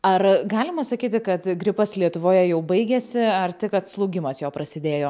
ar galima sakyti kad gripas lietuvoje jau baigėsi ar tik atslūgimas jo prasidėjo